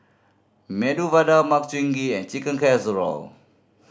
Medu Vada Makchang Gui and Chicken Casserole